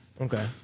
Okay